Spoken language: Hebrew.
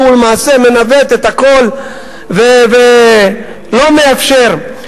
שהוא למעשה מנווט את הכול ולא מאפשר.